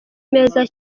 meza